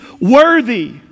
worthy